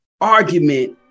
argument